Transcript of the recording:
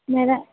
मेरा